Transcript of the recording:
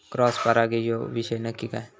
Cross परागी ह्यो विषय नक्की काय?